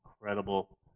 Incredible